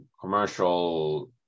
Commercial